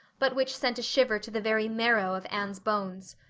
but which sent a shiver to the very marrow of anne's bones.